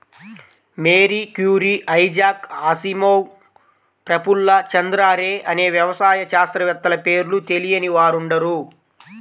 Mary Curie, Isaac Asimov, Prafulla Chandra Ray అనే వ్యవసాయ శాస్త్రవేత్తల పేర్లు తెలియని వారుండరు